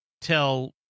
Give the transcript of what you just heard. tell